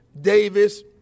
Davis